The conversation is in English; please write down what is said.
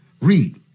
Read